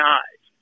eyes